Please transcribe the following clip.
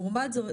לעומת זאת,